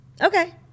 Okay